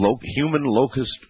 human-locust